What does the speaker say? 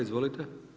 Izvolite!